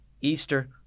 Easter